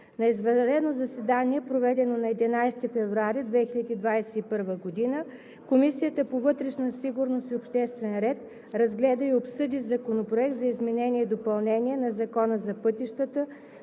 На извънредно заседание, проведено на 11 февруари 2021 г., Комисията по вътрешна сигурност и обществен ред разгледа и обсъди Законопроект за изменение и допълнение на Закона за пътищата,